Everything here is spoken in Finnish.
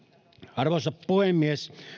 arvoisa puhemies